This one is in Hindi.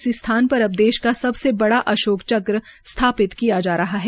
इसी स्थान पर अब देश का सबसे बड़ा चक्र स्थापित किया जा रहा है